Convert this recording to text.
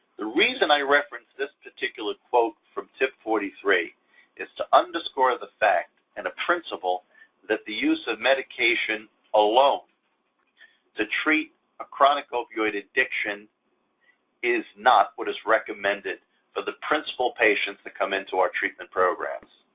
the reason i reference this particular quote from tip forty three is to underscore the fact and a principle that the use of medication alone to treat a chronic opioid addiction is not what is recommended for the principle patients that come into our treatment programs.